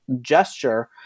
gesture